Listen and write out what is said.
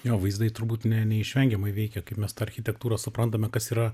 jo vaizdai turbūt ne neišvengiamai veikia kaip mes tą architektūrą suprantame kas yra